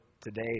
today